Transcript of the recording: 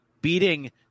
beating